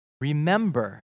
Remember